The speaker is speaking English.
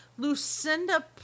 Lucinda